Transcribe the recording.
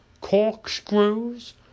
corkscrews